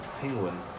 penguin